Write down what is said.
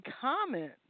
comment